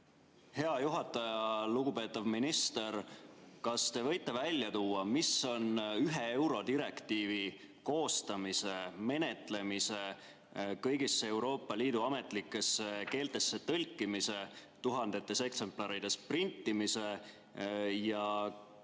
Hea juhataja! Lugupeetav minister! Kas te võite välja tuua, mis on ühe eurodirektiivi koostamise, menetlemise, kõigisse Euroopa Liidu ametlikesse keeltesse tõlkimise, tuhandetes eksemplarides printimise ja kõigi